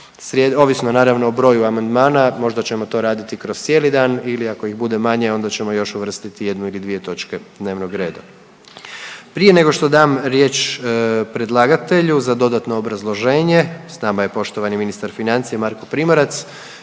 ovisno naravno o broju amandmana možda ćemo to raditi kroz cijeli dan ili ako ih bude manje onda ćemo još uvrstiti jednu ili dvije točke dnevnog reda. Prije nego što dam riječ predlagatelju za dodatno obrazloženje sa nama je poštovani ministar financija Marko Primorac.